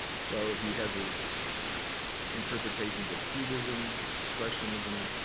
so he has his interpretations of cubism, expressionism.